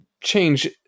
change